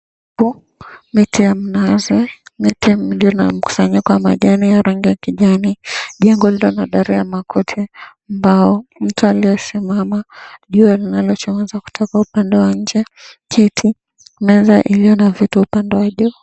Ipo miti ya mnazi, miti mingi na mkusanyiko wa majani ya rangi ya kijani, jengo lililo na dara ya makuti, mbao, mtu aliyesimama, jua linalochomoza kutoka upande wa inje, kiti, meza iliyo na vitu upande wa juu.